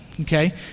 okay